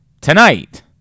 tonight